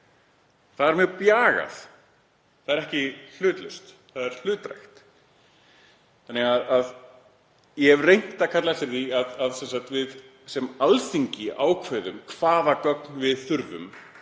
Það mjög bjagað. Það er ekki hlutlaust. Það er hlutdrægt þannig að ég hef reynt að kalla eftir því að við sem Alþingi ákveðum hvaða gögn við þurfum